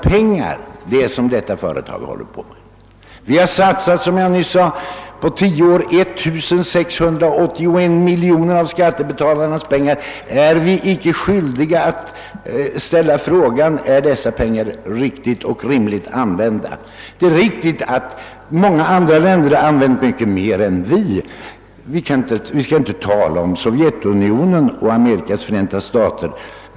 Som jag nyss sade har vi på tio år satsat 1 681 miljoner kronor av skattebetalarnas pengar. Är vi då inte skyldiga att ställa frågan: Är dessa pengar riktigt och rimligt använda? Det är riktigt att många andra länder använt mycket mer pengar än vi har gjort. Vi skall inte tala om Sovjetunionen och Amerikas förenta stater.